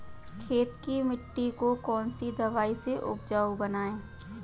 खेत की मिटी को कौन सी दवाई से उपजाऊ बनायें?